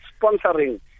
sponsoring